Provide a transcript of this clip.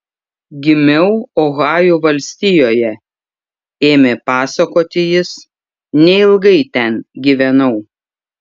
gimiau ohajo valstijoje ėmė pasakoti jis neilgai ten gyvenau